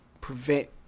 prevent